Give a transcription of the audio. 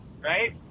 Right